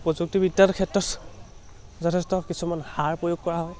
প্ৰযুক্তিবিদ্যাৰ ক্ষেত্ৰত যথেষ্ট কিছুমান সাৰ প্ৰয়োগ কৰা হয়